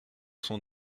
sont